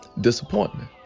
disappointment